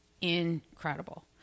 Incredible